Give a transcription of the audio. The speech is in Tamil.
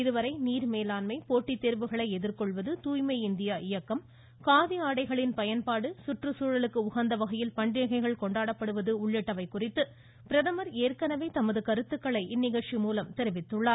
இதுவரை நீர்மேலாண்மை போட்டி தேர்வுகளை எதிர்கொள்வது தூய்மை இந்தியா இயக்கம் காதி ஆடைகளின் பயன்பாடு சுற்றுசூழலுக்கு உகந்த வகையில் பண்டிகைகள் கொண்டாடுவது உள்ளிட்டவை குறித்து பிரதமா் ஏற்கனவே தமது கருத்துக்களை இந்நிகழ்ச்சி மூலம் தெரிவித்திருக்கிறார்